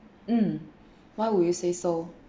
mm why would you say so